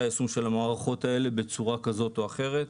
היישום של המערכות האלה בצורה כזאת או אחרת.